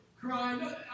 crying